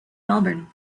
melbourne